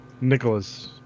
Nicholas